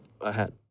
ahead